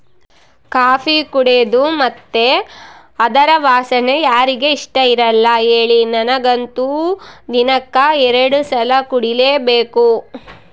coffee ಕುಡೇದು ಮತ್ತೆ ಅದರ ವಾಸನೆ ಯಾರಿಗೆ ಇಷ್ಟಇರಲ್ಲ ಹೇಳಿ ನನಗಂತೂ ದಿನಕ್ಕ ಎರಡು ಸಲ ಕುಡಿಲೇಬೇಕು